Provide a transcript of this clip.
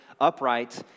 upright